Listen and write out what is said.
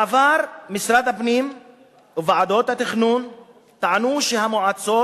בעבר משרד הפנים וועדות התכנון טענו שהמועצות